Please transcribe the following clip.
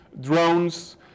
drones